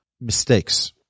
mistakes